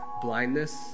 blindness